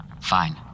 Fine